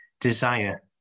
desire